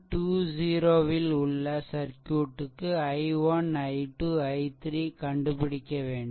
20 ல் உள்ள சர்க்யூட்க்கு I1 I2 I3 கண்டுபிடிக்க வேண்டும்